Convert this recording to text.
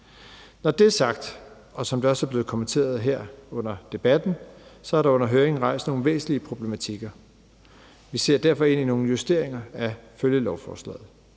Når det sagt, og som det også blevet er kommenteret her under debatten, er der under høringen rejst nogle væsentlige problematikker. Vi ser derfor ind i nogle justeringer af følgelovforslaget.